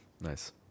nice